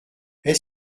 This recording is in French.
est